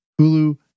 Hulu